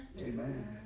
Amen